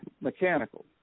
mechanical